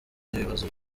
n’ibibazo